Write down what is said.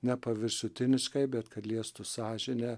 ne paviršutiniškai bet kad liestų sąžinę